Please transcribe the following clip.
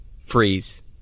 freeze